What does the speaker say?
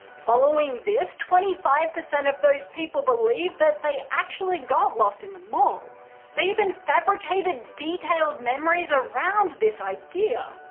following this, twenty five percent of those participants believed that they actually got lost in the mall they even fabricated detailed memories around this idea.